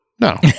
No